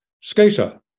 skater